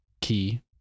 key